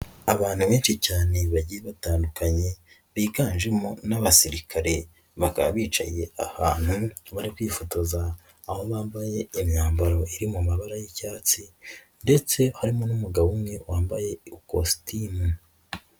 Abantu benshi cyane bagiye batandukanye biganjemo n'abasirikare, bakaba bicaye ahantu bari kwifotoza. Aho bambaye imyambaro iri mu mabara y'icyatsi ndetse harimo n'umugabo umwe wambaye ikositimu.